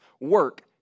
work